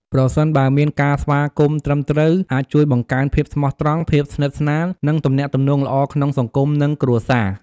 ប្រសិនបើមានការស្វាគមន៍ត្រឹមត្រូវអាចជួយបង្កើនភាពស្មោះត្រង់ ភាពស្និទ្ធិស្នាល និងទំនាក់ទំនងល្អក្នុងសង្គមនិងគ្រួសារ។